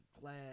glad